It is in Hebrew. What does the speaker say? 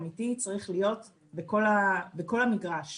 צריך להיות בכל המגרש.